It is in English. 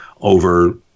over